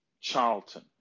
Charlton